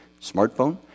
smartphone